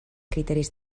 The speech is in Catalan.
criteris